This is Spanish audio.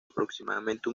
aproximadamente